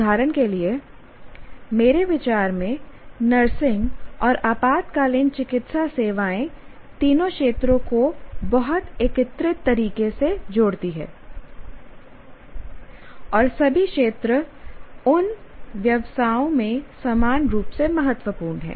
उदाहरण के लिए मेरे विचार में नर्सिंग और आपातकालीन चिकित्सा सेवाएं तीनों क्षेत्रों को बहुत एकीकृत तरीके से जोड़ती हैं और सभी क्षेत्र उन व्यवसायों में समान रूप से महत्वपूर्ण हैं